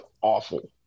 awful